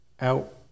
out